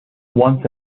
once